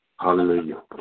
Hallelujah